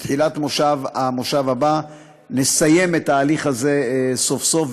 בתחילת המושב הבא נסיים את ההליך הזה סוף-סוף,